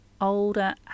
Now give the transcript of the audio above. older